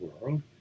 world